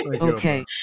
Okay